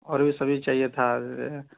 اور بھی سبزی چاہیے تھا